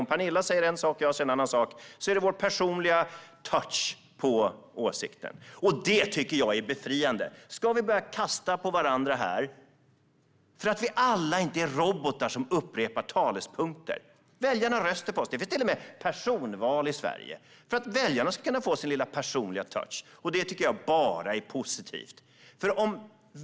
Om Pernilla säger en sak och jag en annan är det vår personliga touch på åsikten, och det tycker jag är befriande. Ska vi börja kasta på varandra här för att vi inte alla är robotar som upprepar talepunkter? Väljarna röstar på oss. Det finns till och med personval i Sverige för att väljarna ska kunna få sin personliga touch, och det tycker jag bara är positivt.